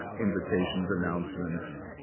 invitations, announcements,